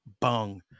Bung